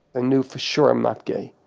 ah knew for sure i'm not gay,